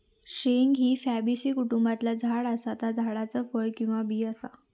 शेंग ही फॅबेसी कुटुंबातला झाड असा ता झाडाचा फळ किंवा बी असा